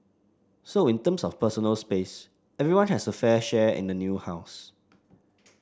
so in terms of personal space everyone has a fair share in the new house